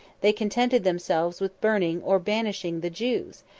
they contented themselves with burning, or banishing, the jews,